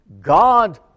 God